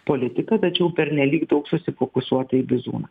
politiką tačiau pernelyg daug susifokusuota į bizūną